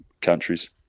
countries